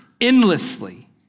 endlessly